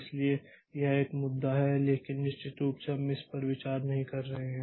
इसलिए यह एक मुद्दा है लेकिन निश्चित रूप से हम इस पर विचार नहीं कर रहे हैं